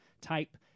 type